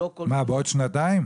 מה, בעוד שנתיים?